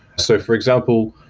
so, for example,